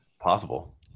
possible